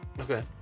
okay